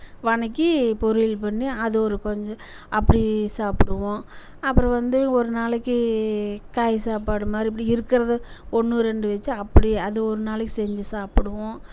வதக்கி பொறியல் பண்ணி அது ஒரு கொஞ்சம் அப்படி சாப்பிடுவோம் அப்பறம் வந்து ஒரு நாளைக்கு காய் சாப்பாடு மாதிரி இப்படி இருக்கிறத ஒன்று ரெண்டு வெச்சு அப்படி அதை ஒரு நாளைக்கு செஞ்சு சாப்பிடுவோம்